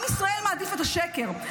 עם ישראל מעדיף את השקר,